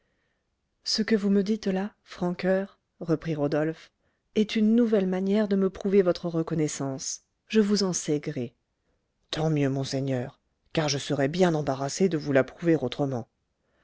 ce que vous me dites là francoeur reprit rodolphe est une nouvelle manière de me prouver votre reconnaissance je vous en sais gré tant mieux monseigneur car je serais bien embarrassé de vous la prouver autrement